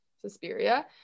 Suspiria